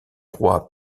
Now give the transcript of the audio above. roi